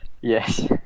Yes